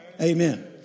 Amen